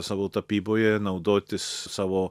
savo tapyboje naudotis savo